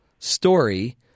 story